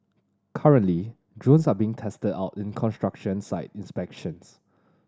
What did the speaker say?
currently drones are being tested out in construction site inspections